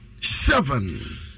seven